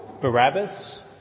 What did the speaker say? Barabbas